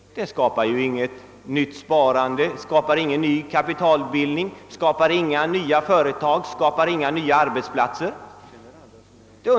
Deras förslag skapar emellertid inget nytt sparande och medför ingen ny kapitalbildning, vi får inga nya företag och inga nya arbetsplatser.